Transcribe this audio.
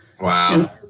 Wow